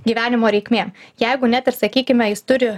gyvenimo reikmėm jeigu net ir sakykime jis turi